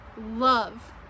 love